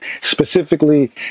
specifically